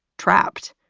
trapped,